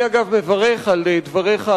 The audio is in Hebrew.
אני מברך על דבריך,